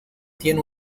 tiene